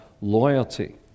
loyalty